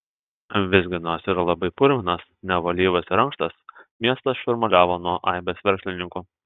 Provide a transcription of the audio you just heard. visgi nors ir labai purvinas nevalyvas ir ankštas miestas šurmuliavo nuo aibės verslininkų